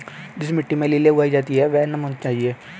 जिस मिट्टी में लिली उगाई जाती है वह नम होनी चाहिए